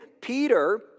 Peter